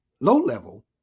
low-level